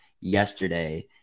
yesterday